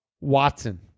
Watson